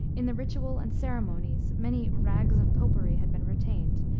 in the ritual and ceremonies many rags of popery had been retained,